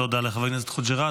תודה לחבר הכנסת חוג'יראת.